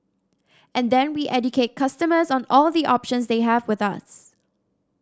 and then we educate customers on all the options they have with us